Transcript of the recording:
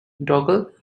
dougal